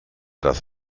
dass